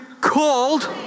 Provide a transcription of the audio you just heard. called